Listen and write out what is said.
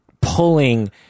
pulling